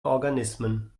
organismen